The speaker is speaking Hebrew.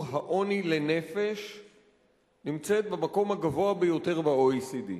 העוני לנפש נמצאת במקום הגבוה ביותר ב-OECD.